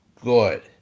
good